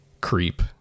Creep